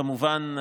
כמובן,